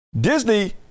Disney